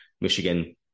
Michigan